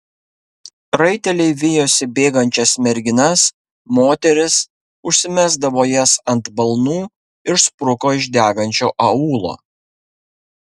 raiteliai vijosi bėgančias merginas moteris užsimesdavo jas ant balnų ir spruko iš degančio aūlo